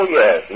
yes